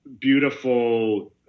beautiful